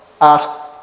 ask